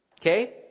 Okay